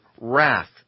wrath